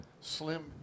Slim